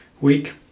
week